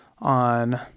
on